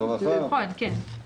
יש מוסדות שיש להם שני גורמים אחראים.